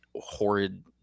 horrid